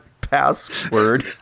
password